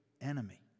enemy